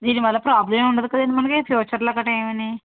దీనివల్ల ప్రాబ్లం ఏం ఉండదు కదండీ మనకి ఫ్యూచర్లో కానీ ఏమిని